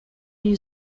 new